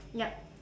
yup